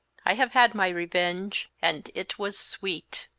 i have had my revenge, and it was sweet!